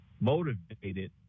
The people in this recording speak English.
motivated